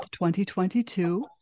2022